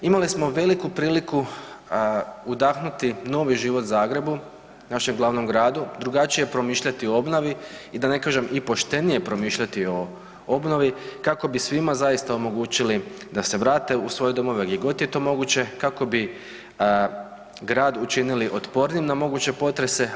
Imali smo veliku priliku udahnuti novi život Zagrebu, našem glavnom gradu, drugačije promišljati o obnovi i da ne kažem i poštenije promišljati o obnovi kako bi svima zaista omogućili da se vrate u svoje domove gdje god je to moguće kako bi grad učinili otpornijim na moguće potrese.